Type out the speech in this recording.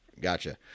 Gotcha